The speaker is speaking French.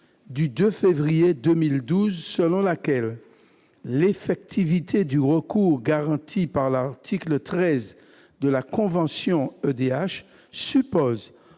du 2 février 2012, selon laquelle « l'effectivité du recours garantie par l'article 13 de la Convention européenne